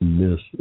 miss